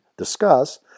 discuss